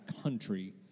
country